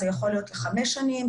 זה יכול להיות לחמש שנים,